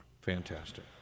Fantastic